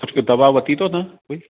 दवा वरिती अथव न तव्हां कोई